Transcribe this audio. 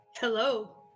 Hello